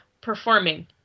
performing